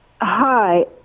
Hi